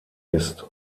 ist